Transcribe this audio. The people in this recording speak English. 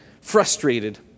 frustrated